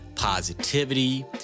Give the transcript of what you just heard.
positivity